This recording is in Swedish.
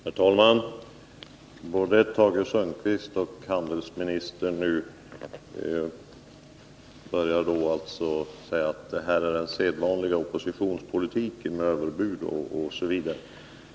Herr talman! Både Tage Sundkvist och handelsministern talar om sedvanlig oppositionspolitik, överbud osv.